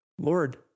Lord